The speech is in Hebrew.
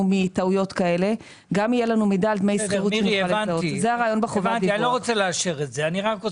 אני רוצה להסביר.